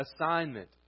assignment